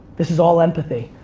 this is all empathy.